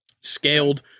scaled